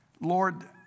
Lord